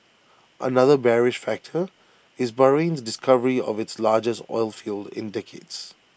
another bearish factor is Bahrain's discovery of its largest oilfield in decades